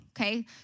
Okay